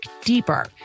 deeper